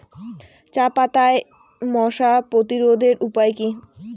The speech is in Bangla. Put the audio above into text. চাপাতায় মশা প্রতিরোধের উপায় কি?